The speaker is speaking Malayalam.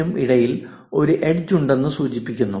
നും ഇടയിൽ ഒരു എഡ്ജ് ഉണ്ടെന്ന് സൂചിപ്പിക്കുന്നു